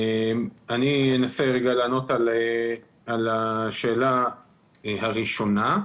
אני אנסה לענות על השאלה הראשונה.